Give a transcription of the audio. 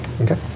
Okay